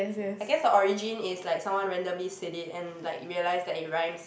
I guess the origin is like someone randomly say it and like realize that it rhymes